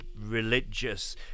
religious